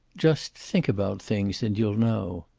just think about things, and you'll know.